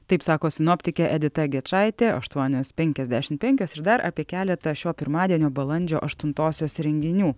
taip sako sinoptikė edita gečaitė aštuonios penkiasdešim penkios ir dar apie keletą šio pirmadienio balandžio aštuntosios renginių